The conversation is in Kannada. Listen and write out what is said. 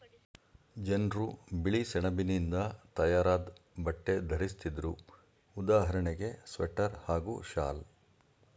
ಜನ್ರು ಬಿಳಿಸೆಣಬಿನಿಂದ ತಯಾರಾದ್ ಬಟ್ಟೆ ಧರಿಸ್ತಿದ್ರು ಉದಾಹರಣೆಗೆ ಸ್ವೆಟರ್ ಹಾಗೂ ಶಾಲ್